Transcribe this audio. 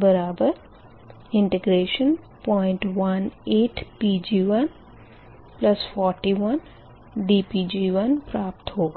dPg1018 Pg141dPg1 प्राप्त होगा